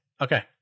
Okay